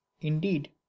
indeed